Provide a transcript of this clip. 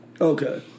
Okay